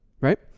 Right